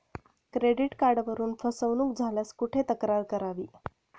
Credit कार्डवरून फसवणूक झाल्यास कुठे तक्रार करावी?